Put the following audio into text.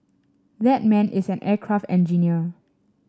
that man is an aircraft engineer